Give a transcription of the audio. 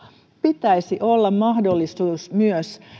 pitäisi olla mahdollisuus myös